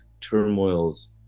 turmoils